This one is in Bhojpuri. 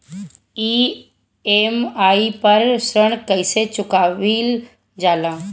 ई.एम.आई पर ऋण कईसे चुकाईल जाला?